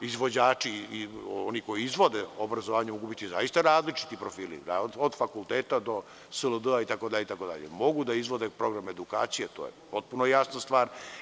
Izvođači, oni koji izvode obrazovanje mogu biti zaista različiti profili, od fakulteta do sld itd. mogu da izvode program edukacije, to je potpuno jasna stvar.